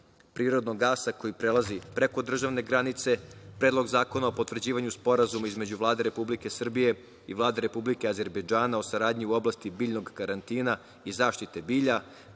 prirodnog gasa koji prelazi preko državne granice, Predlog zakona o potvrđivanju Sporazuma između Vlade Republike Srbije i Vlade Republike Azerbejdžana o saradnji u oblasti biljnog karantina i zaštite bilja,